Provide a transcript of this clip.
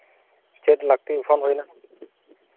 ᱪᱮᱫ ᱞᱟᱹᱠᱛᱤ ᱯᱷᱳᱱ ᱦᱩᱭᱮᱱᱟ